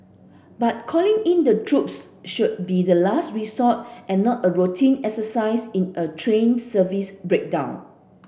but calling in the troops should be the last resort and not a routine exercise in a train service breakdown